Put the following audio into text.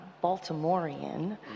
Baltimorean